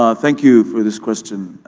ah thank you for this question.